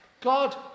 God